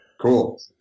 Cool